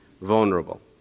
vulnerable